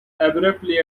abruptly